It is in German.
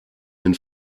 den